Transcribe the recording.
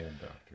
doctor